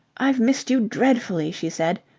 i've missed you dreadfully, she said,